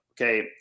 okay